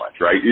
right